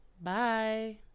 bye